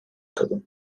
kadın